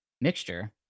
mixture